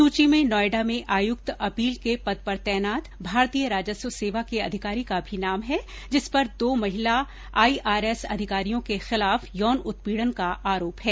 सूची में नोएडा में आयुक्त अपील के पद पर तैनात भारतीय राजस्व सेवा के अधिकारी का भी नाम है जिसपर दो महिला आईआरएस अधिकारियों के खिलाफ यौन उत्पीड़न का आरोप है